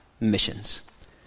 missions